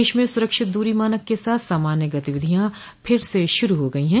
प्रदेश में सुरक्षित दूरी मानक के साथ सामान्य गतिविधियां फिर से शुरू हो गई हैं